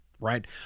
right